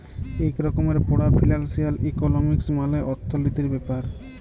ইক রকমের পড়া ফিলালসিয়াল ইকলমিক্স মালে অথ্থলিতির ব্যাপার